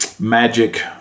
magic